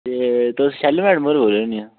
ते तुस शालू मैडम होर बोलै नी आं